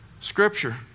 Scripture